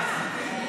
10),